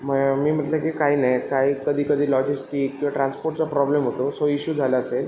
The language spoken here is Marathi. मग मी म्हटलं की काय नाही काय कधीकधी लॉजिस्टिक किंवा ट्रान्सपोर्टचा प्रॉब्लेम होतो सो इश्यू झाला असेल